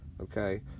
okay